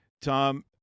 tom